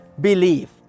believe